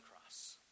cross